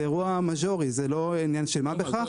זה אירוע מז'ורי, זה לא עניין של מה בכך.